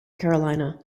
carolina